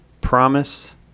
Promise